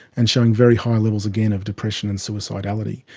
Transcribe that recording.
and showing very high levels, again, of depression and suicidality.